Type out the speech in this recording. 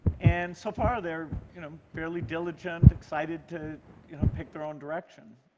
and so far, they're you know fairly diligent, excited to you know pick their own direction.